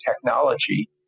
technology